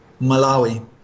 Malawi